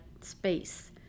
space